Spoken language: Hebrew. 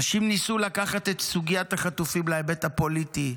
אנשים ניסו לקחת את סוגיית החטופים להיבט הפוליטי.